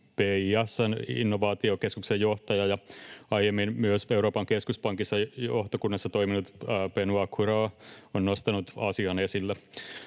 BIS:n innovaatiokeskuksen johtaja ja aiemmin Euroopan keskuspankin johtokunnassa toiminut Benoît Cœuré on nostanut asian esille.